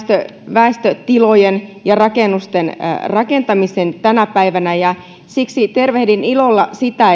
väestötilojen rakentamisen rakennuksiin tänä päivänä siksi tervehdin ilolla sitä